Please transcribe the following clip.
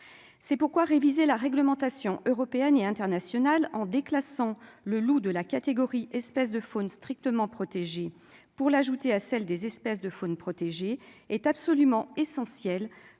c'est pourquoi réviser la réglementation européenne et internationale en déclassant Le Loup de la catégorie, espèce de faune strictement protégée pour l'ajouter à celles des espèces de faune protégée est absolument essentielle